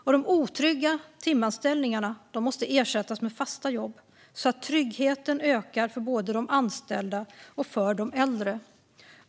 Och de otrygga timanställningarna måste ersättas med fasta jobb så att tryggheten ökar för både de anställda och de äldre.